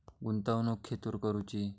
गुंतवणुक खेतुर करूची?